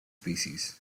species